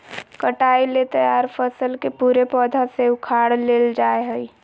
कटाई ले तैयार फसल के पूरे पौधा से उखाड़ लेल जाय हइ